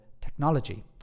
technology